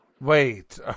Wait